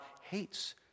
hates